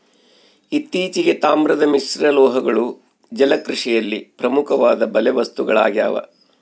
ಇತ್ತೀಚೆಗೆ, ತಾಮ್ರದ ಮಿಶ್ರಲೋಹಗಳು ಜಲಕೃಷಿಯಲ್ಲಿ ಪ್ರಮುಖವಾದ ಬಲೆ ವಸ್ತುಗಳಾಗ್ಯವ